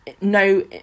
no